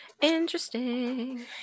interesting